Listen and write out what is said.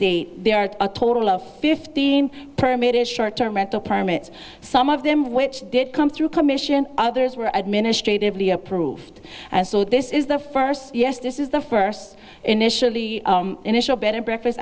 date there are a total of fifteen permit is short term rental permits some of them which did come through commission others were administratively approved and so this is the first yes this is the first initially initial bed and breakfast